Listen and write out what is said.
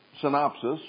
synopsis